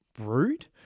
rude